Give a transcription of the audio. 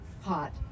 Hot